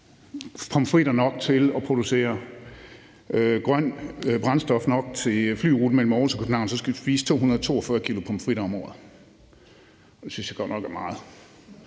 pommesfritter nok til at producere grønt brændstof til en flyrute mellem Mors og København, så skal vi hver spise 242 kg pomfritter om året. Det synes jeg godt nok er meget.